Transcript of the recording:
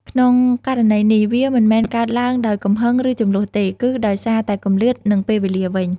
ក្នុងករណីនេះ វាមិនមែនកើតឡើងដោយកំហឹង ឬជម្លោះទេ គឺដោយសារតែគម្លាត និងពេលវេលាវិញ។